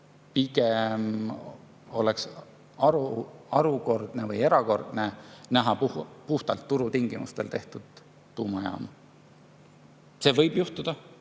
pigem harukordne või erakordne näha puhtalt turutingimustel tehtud tuumajaama. See võib juhtuda,